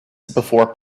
before